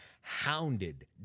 hounded